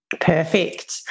Perfect